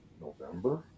November